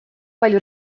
palju